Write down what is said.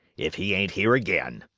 if he ain't here again!